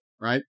Right